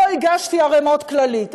לא הגשתי ערימות כללים.